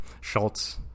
Schultz